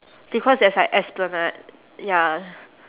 because there's like esplanade ya